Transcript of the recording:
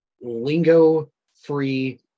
lingo-free